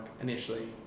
initially